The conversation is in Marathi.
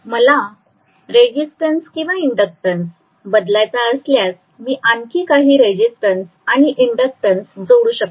मला रेजिस्टन्स किंवा इंडक्टन्स बदलायचा असल्यास मी आणखी काही रेजिस्टन्स किंवा इंडक्टन्स जोडू शकते